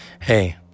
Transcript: Hey